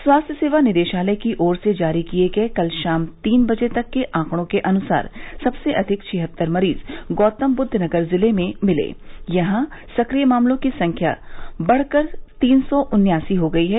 स्वास्थ्य सेवा निदेशालय की ओर से जारी किए गए कल शाम तीन बजे तक के आंकड़ों के अनुसार सबसे अधिक छिहत्तर मरीज गौतमबुद्दनगर जिले में मिले यहां सक्रिय मामलों की संख्या बढ़कर तीन सौ उन्यासी हो गयी है